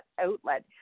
outlet